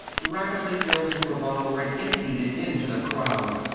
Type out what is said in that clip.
rapidly filled his revolver and emptied it into the crowd.